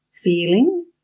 feeling